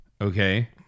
Okay